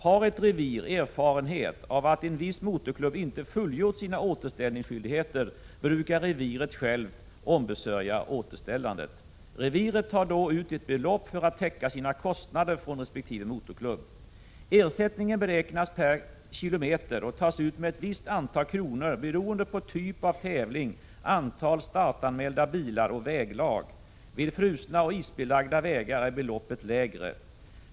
Har ett revir erfarenhet av att en viss motorklubb inte fullgjort sina återställningsskyldigheter brukar reviret självt ombesörja återställandet. Reviret tar då ut ett belopp för att täcka sina kostnader från resp. motorklubb. Ersättningen beräknas per kilometer och tas ut med ett visst antal kronor beroende på typ av tävling, antal startanmälda bilar samt väglag. Vid frusna och isbelagda vägar är beloppet lägre.